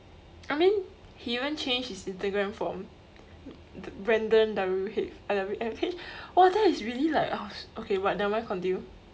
I mean he even changed his instagram from brandon W H uh W W H !wah! that is really like oh okay but nevermind continue